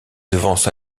devance